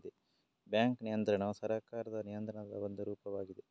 bank ನಿಯಂತ್ರಣವು ಸರ್ಕಾರದ ನಿಯಂತ್ರಣದ ಒಂದು ರೂಪವಾಗಿದೆ